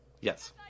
Yes